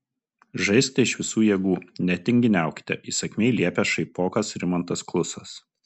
žaiskite iš visų jėgų netinginiaukite įsakmiai liepia šaipokas rimantas klusas